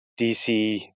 DC